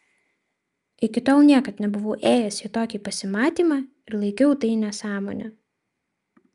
iki tol niekad nebuvau ėjęs į tokį pasimatymą ir laikiau tai nesąmone